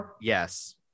Yes